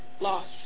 lost